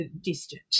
distant